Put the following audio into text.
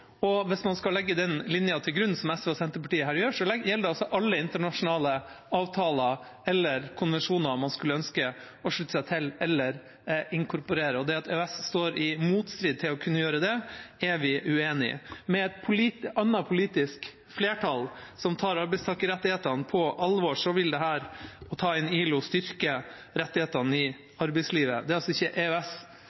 Hvis man skal legge den linja til grunn, som SV og Senterpartiet her gjør, gjelder det altså alle internasjonale avtaler eller konvensjoner man skulle ønske å slutte seg til eller inkorporere. Det at EØS står i motstrid til å kunne gjøre det, er vi uenig i. Med et annet politisk flertall, som tar arbeidstakerrettighetene på alvor, vil det å ta inn ILO styrke rettighetene i